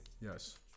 yes